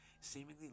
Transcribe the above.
seemingly